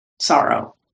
sorrow